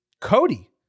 Cody